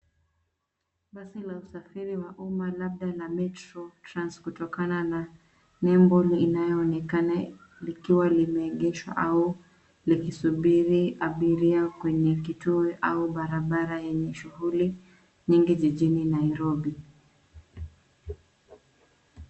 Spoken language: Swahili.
Basi la usafiri wa umma labda la Metro Trans kutokana na nembo inayoonekana, likiwa limeegeshwa au likusubiri abiria kwenye kituo au barabara yenye shughuli nyingi jijini Nairobi.